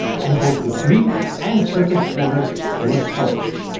and both the greek and turkish quarters were torched.